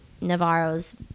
Navarro's